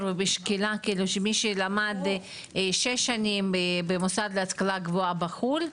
ובשקילה כך שמי שלמד שש שנים במוסד להשכלה גבוהה בחו"ל,